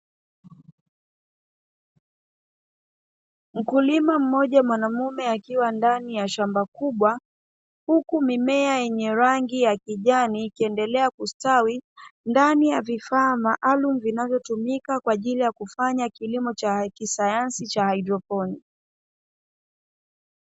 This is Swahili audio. Mkulima mmoja mwanaume akiwa ndani ya shamba kubwa, huku mimea yenye rangi ya kijani ikiendelea kustawi ndani ya vifaa maalumu vinavyotumika kwaajili ya kufanya kilimo cha kisayansi cha haidropini.